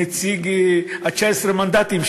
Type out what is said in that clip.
נציג 19 המנדטים,